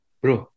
bro